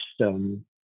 system